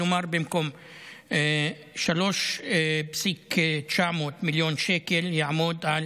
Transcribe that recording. כלומר במקום 3.9 מיליארד שקל יעמוד על